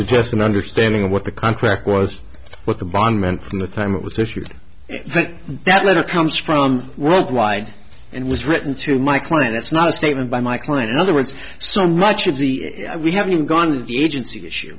just an understanding of what the contract was what the bomb meant from the time it was issued but that letter comes from worldwide and was written to my client that's not a statement by my client in other words so much of the we haven't even gone agency issue